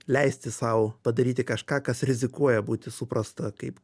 leisti sau padaryti kažką kas rizikuoja būti suprasta kaip